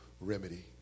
remedy